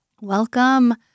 Welcome